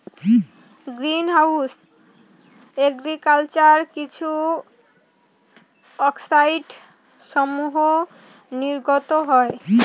green house agriculture কিছু অক্সাইডসমূহ নির্গত হয়